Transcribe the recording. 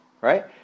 right